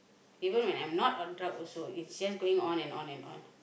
even when I'm not on drug also its just going on and on and on